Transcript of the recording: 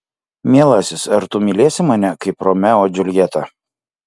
mielasis ar tu mylėsi mane kaip romeo džiuljetą